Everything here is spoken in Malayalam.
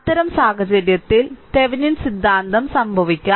അത്തരം സാഹചര്യത്തിൽ തെവെനിൻ സിദ്ധാന്തം സംഭവിക്കാം